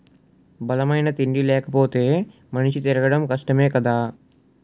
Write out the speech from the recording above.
బలమైన తిండి లేపోతే మనిషి తిరగడం కష్టమే కదా